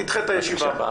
ואני אדחה את הישיבה הבאה,